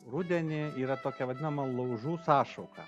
rudenį yra tokia vadinama laužų sąšauka